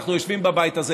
אנחנו יושבים בבית הזה,